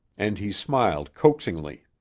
and he smiled coaxingly.